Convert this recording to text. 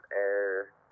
air